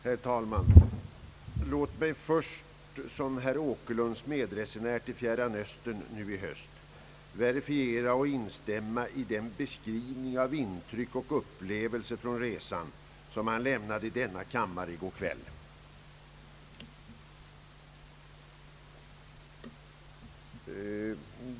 Herr talman! Låt mig först som herr Åkerlunds medresenär till Fjärran östern nu i höst få verifiera och instämma i den beskrivning av intryck och upplevelser från resan som han lämnade i denna kammare i går kväll.